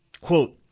quote